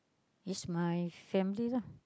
is my family lah